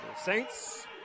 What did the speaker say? Saints